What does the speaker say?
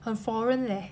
很 foreign leh